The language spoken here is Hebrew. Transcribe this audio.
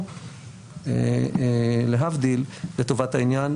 או להבדיל לטובת העניין,